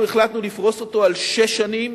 החלטנו לפרוס אותו על שש שנים.